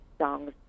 songs